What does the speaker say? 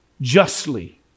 justly